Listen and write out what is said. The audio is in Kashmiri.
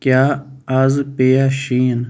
کیٛاہ آز پیٚیہ شیٖن